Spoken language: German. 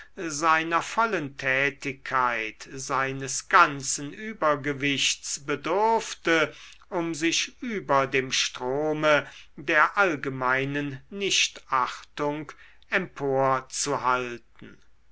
seiner vollen tätigkeit seines ganzen übergewichts bedurfte um sich über dem strome der allgemeinen nichtachtung empor